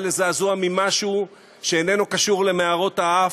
לזעזוע ממשהו שאיננו קשור למערות האף,